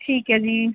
ਠੀਕ ਹੈ ਜੀ